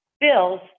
Bills